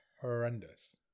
horrendous